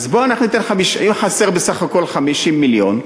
ואם חסר בסך הכול 50 מיליון,